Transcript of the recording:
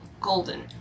golden